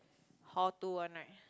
how to one night